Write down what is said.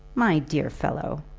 my dear fellow,